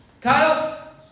Kyle